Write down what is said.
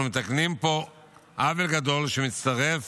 אנחנו מתקנים פה עוול גדול שמצטרף